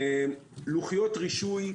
לוחיות רישוי,